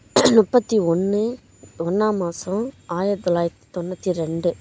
முப்பத்தி ஒன்று ஒன்றாம் மாதம் ஆயிரத்து தொள்ளாயிரத்து தொண்ணூற்றி ரெண்டு